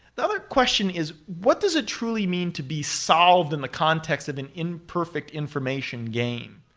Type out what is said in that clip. the other question is what does it truly mean to be solved in the context of an imperfect information game?